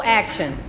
action